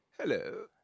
Hello